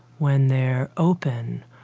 when they're open,